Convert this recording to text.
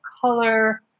color